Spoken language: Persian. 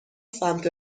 سمت